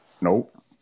Nope